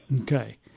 Okay